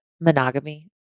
monogamy